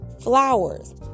flowers